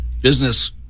business